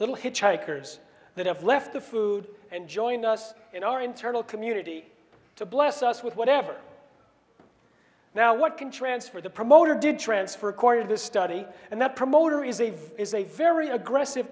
little hitchhikers that have left the food and joined us in our internal community to bless us with whatever now what can transfer the promoter did transfer according to the study and that promoter is a voice is a very aggressive